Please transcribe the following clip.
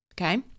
okay